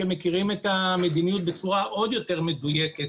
שמכירים את המדיניות בצורה עוד יותר מדויקת,